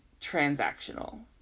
transactional